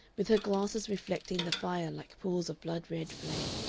with her glasses reflecting the fire like pools of blood-red flame.